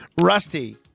Rusty